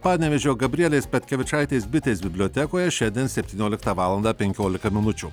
panevėžio gabrielės petkevičaitės bitės bibliotekoje šiandien septynioliktą valandą penkiolika minučių